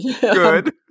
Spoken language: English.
Good